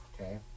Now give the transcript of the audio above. Okay